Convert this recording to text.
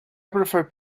prefer